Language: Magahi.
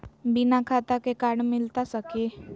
बिना खाता के कार्ड मिलता सकी?